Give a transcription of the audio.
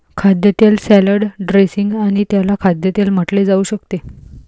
खाद्यतेल salad dressing आणि त्याला खाद्यतेल म्हटले जाऊ शकते